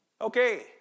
Okay